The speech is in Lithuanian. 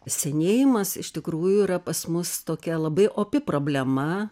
senėjimas iš tikrųjų yra pas mus tokia labai opi problema